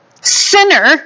sinner